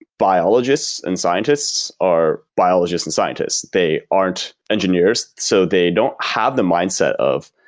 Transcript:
biologists and scientists are biologists and scientists. they aren't engineers, so they don't have the mindset of,